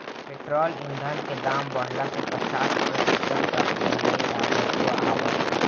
petrol ईधन के दाम बढ़ला से पचास प्रतिशत तक ले राजस्व आवत हवे